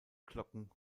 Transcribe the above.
glocken